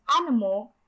animal